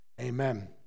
Amen